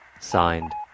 Signed